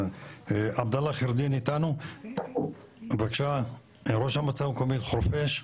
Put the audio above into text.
עבדאללה חיראלדין איתנו, ראש המועצה חורפיש,